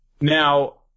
Now